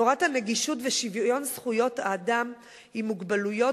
תורת הנגישות ושוויון זכויות האדם עם מוגבלויות,